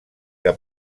que